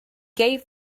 gave